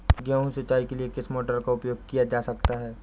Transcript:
गेहूँ सिंचाई के लिए किस मोटर का उपयोग किया जा सकता है?